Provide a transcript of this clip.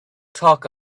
talk